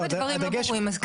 אם הדברים לא ברורים,